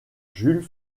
jules